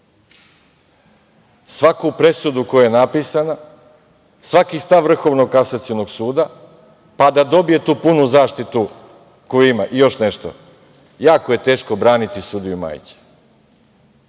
svaku presudu koja je napisana, svaki stav Vrhovnog kasacionog suda, pa da dobije tu punu zaštitu koju ima. Još nešto, jako je teško braniti sudiju Majića,